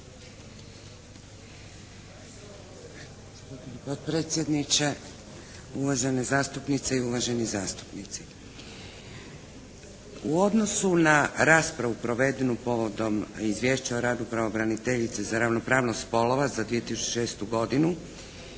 U odnosu na raspravu provedenu povodom izvješća o radu pravobraniteljice za ravnopravnost spolova za 2006. godinu